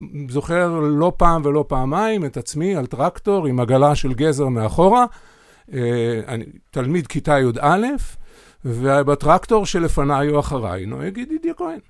זוכר לא פעם ולא פעמיים את עצמי על טרקטור עם עגלה של גזר מאחורה, אה... אני תלמיד כיתה י"א, והיה בטרקטור שלפניי או אחריי נוהג ידידי הכהן.